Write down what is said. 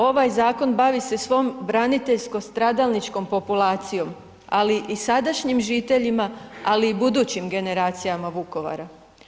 Ovaj zakon bavi se svom braniteljsko-stradalničkom populacijom ali i sadašnjim žiteljima ali i budućim generacijama Vukovara.